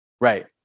Right